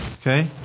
okay